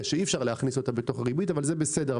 שאי אפשר להכניס בריבית אבל זה בסדר.